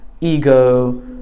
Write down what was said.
Ego